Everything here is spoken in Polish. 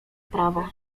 prawo